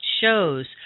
shows